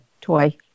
toy